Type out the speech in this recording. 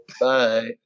Bye